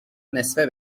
نصفه